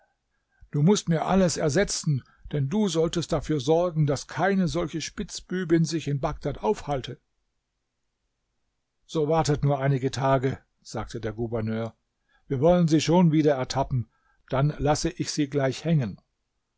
du mußt mir alles ersetzen denn du solltest dafür sorgen daß keine solche spitzbübin sich in bagdad aufhalte so wartet nur einige tage sagte der gouverneur wir wollen sie schon wieder ertappen dann lasse ich sie gleich hängen